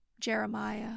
Jeremiah